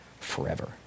forever